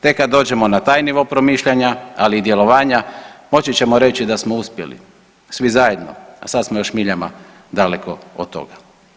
Tek kad dođemo na taj nivo promišljanja, ali i djelovanja, moći ćemo reći da smo uspjeli svi zajedno, a sad smo još miljama daleko od toga.